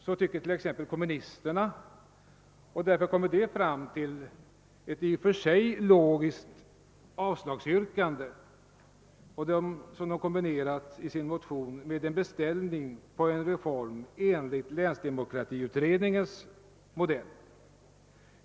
Så tycker t.ex. kommunisterna, och därför kommer de i sin motion fram till ett i och för sig logiskt avslagsyrkande, som de Har kombinerat med en beställning av en reform enligt länsdemokratiutredningens modell.